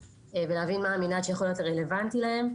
ולהבין מה המנעד שיכול להיות רלוונטי להם,